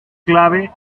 clave